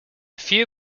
few